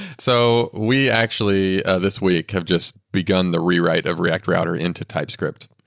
so we actually this week have just begun the rewrite of react router into typescript.